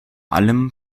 allem